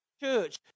church